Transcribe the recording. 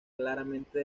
claramente